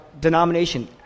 denomination